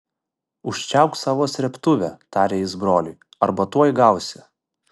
užčiaupk savo srėbtuvę tarė jis broliui arba tuoj gausi